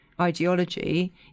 ideology